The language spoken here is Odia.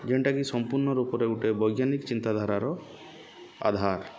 ଯେନ୍ଟାକି ସମ୍ପୂର୍ଣ୍ଣ ରୂପରେ ଗୁଟେ ବୈଜ୍ଞାନିକ ଚିନ୍ତାଧାରାର ଆଧାର